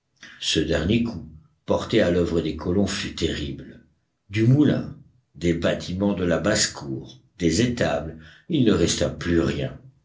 ce dernier coup porté à l'oeuvre des colons fut terrible du moulin des bâtiments de la basse-cour des étables il ne resta plus rien